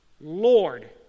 Lord